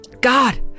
God